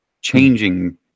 changing